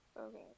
Okay